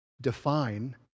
define